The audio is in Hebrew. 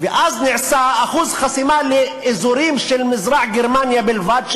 ואז נעשה אחוז חסימה של 2% לאזורים של מזרח-גרמניה בלבד,